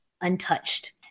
untouched